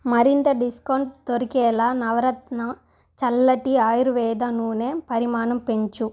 మరింత డిస్కౌంట్ దొరికేలా నవరత్న చల్లటి ఆయుర్వేద నూనె పరిమాణం పెంచు